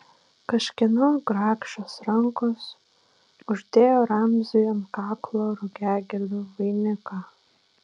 kažkieno grakščios rankos uždėjo ramziui ant kaklo rugiagėlių vainiką